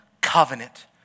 covenant